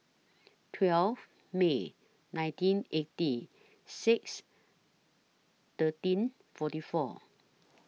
twelve May nineteen eighty six thirteen forty four